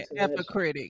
Epicritic